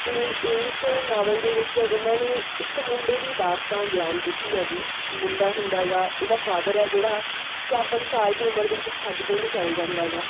ਅਤੇ ਇਸ ਨਾਵਲ ਦੇ ਵਿੱਚ ਉਹਨਾਂ ਨੇ ਇੱਕ ਮੁੰਡੇ ਦੀ ਦਾਸਤਾਨ ਬਿਆਨ ਕੀਤੀ ਆਗੀ ਮੁੰਡਾ ਹੁੰਦਾ ਆਗਾ ਉਹਦਾ ਫਾਦਰ ਹੈ ਜਿਹੜਾ ਚਾਰ ਪੰਜ ਸਾਲ ਦੀ ਉਮਰ ਦੇ ਵਿੱਚ ਛੱਡ ਕੇ ਉਹਨੂੰ ਚੱਲ ਜਾਂਦਾ ਆਗਾ